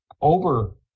over